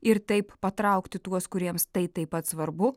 ir taip patraukti tuos kuriems tai taip pat svarbu